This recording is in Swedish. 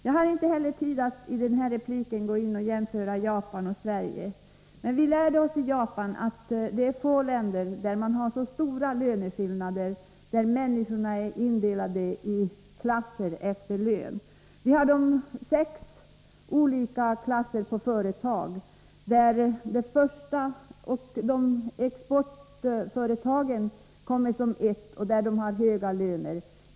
Jag har inte tid att i denna replik jämföra Japan och Sverige, men vi lärde oss i Japan att det finns få länder där löneskillnaderna är så stora som i Japan. Människorna är indelade i klasser efter lön. Det finns sex olika klasser på företagen. Exportföretagen kommer som nr 1, och där har de anställda höga löner.